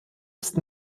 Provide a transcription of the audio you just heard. ist